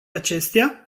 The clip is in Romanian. acestea